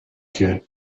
kit